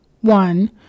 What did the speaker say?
one